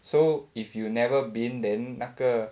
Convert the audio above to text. so if you've never been then 那个